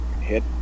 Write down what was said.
hit